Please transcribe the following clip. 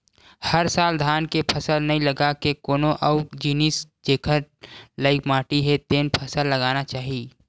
हर साल धान के फसल नइ लगा के कोनो अउ जिनिस जेखर लइक माटी हे तेन फसल लगाना चाही